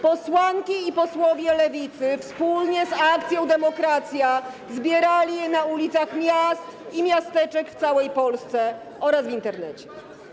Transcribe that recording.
Posłanki i posłowie Lewicy wspólnie z Akcją Demokracja zbierali podpisy na ulicach miast i miasteczek w całej Polsce oraz w Internecie.